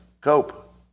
Cope